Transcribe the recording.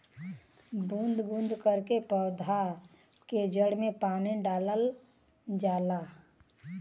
बूंद बूंद करके पौधा के जड़ में पानी डालल जाला